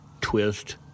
twist